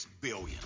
billion